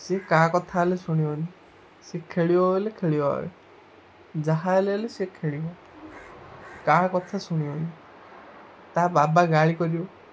ସିଏ କାହା କଥା ହେଲେ ଶୁଣିବନି ସିଏ ଖେଳିବ ହେଲେ ଖେଳିବା ଯାହା ହେଲେ ହେଲେ ସିଏ ଖେଳିବ କାହା କଥା ଶୁଣିବନି ତା ବାବା ଗାଳି କରିବେ